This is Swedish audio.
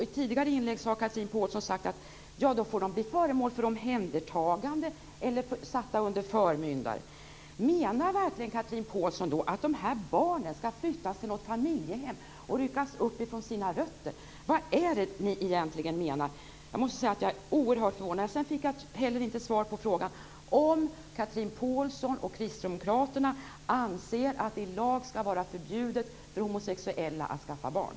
I tidigare inlägg har Chatrine Pålsson sagt att de får bli föremål för omhändertagande eller satta under förmyndare. Menar verkligen Chatrine Pålsson att dessa barn skulle flyttas till något familjehem och ryckas upp med sina rötter? Vad är det ni menar? Jag är oerhört förvånad. Jag fick inte heller svar på min fråga om Chatrine Pålsson och Kristdemokraterna anser att det i lag skall vara förbjudet för homosexuella att skaffa barn.